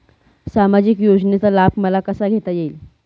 सामाजिक योजनेचा लाभ मला कसा घेता येईल?